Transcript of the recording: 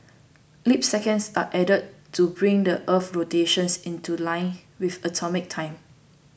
leap seconds are added to bring the Earth's rotations into line with atomic time